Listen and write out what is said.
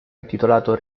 intitolato